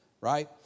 right